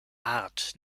art